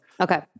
Okay